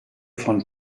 von